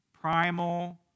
primal